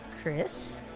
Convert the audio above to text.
chris